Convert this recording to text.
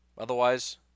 Otherwise